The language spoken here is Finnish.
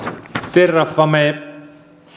terrafame